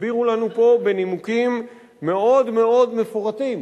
הסבירו לנו פה בנימוקים מאוד-מאוד מפורטים